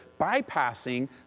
bypassing